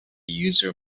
user